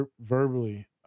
verbally